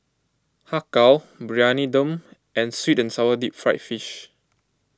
Har Kow Briyani Dum and Sweet and Sour Deep Fried Fish